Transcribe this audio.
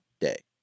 day